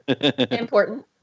important